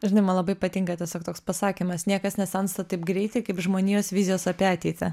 žinai man labai patinka tiesiog toks pasakymas niekas nesensta taip greitai kaip žmonijos vizijos apie ateitį